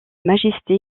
majesté